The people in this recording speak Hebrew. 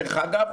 דרך אגב,